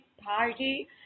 party